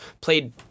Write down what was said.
played